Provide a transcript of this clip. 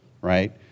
right